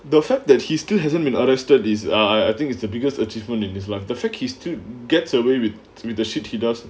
the fact that he still hasn't been arrested is ah I think it's the biggest achievement in this the fact he's too gets away with with the shit he does